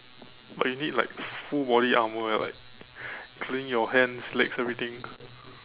but you need like full body armour eh like including your hands legs everything